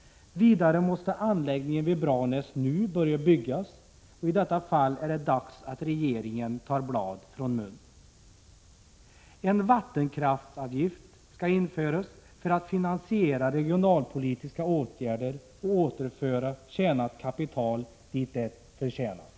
Vidare måste anläggningen vid Branäs nu börja byggas, och i detta fall är det dags att regeringen tar bladet från munnen. En vattenkraftsavgift skall införas för att finansiera regionalpolitiska åtgärder och återföra tjänat kapital dit där det förtjänats.